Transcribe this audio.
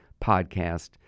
podcast